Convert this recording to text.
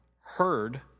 heard